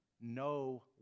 no